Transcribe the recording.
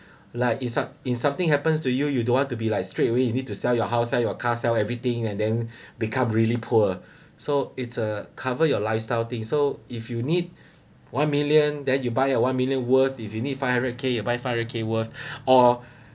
like in some if something happens to you you don't want to be like straight away you need to sell your house your car sell everything and then become really poor so it's a cover your lifestyle thing so if you need one million then you buy a one million worth if you need five hundred K then you buy five hundred K worth or